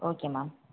okay ma'am